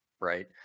Right